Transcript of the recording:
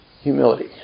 Humility